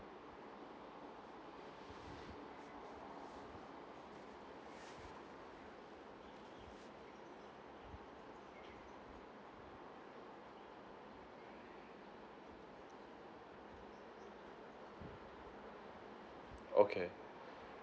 okay